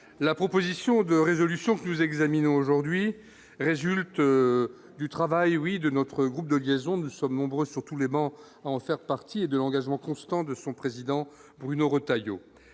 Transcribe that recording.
la proposition de résolution que nous examinons aujourd'hui résulte du travail oui de notre groupe de liaison, nous sommes nombreux sur tous les bancs en faire partie et de l'engagement constant de son président, Bruno Retailleau,